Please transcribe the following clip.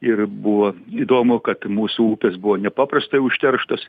ir buvo įdomu kad mūsų upės buvo nepaprastai užterštos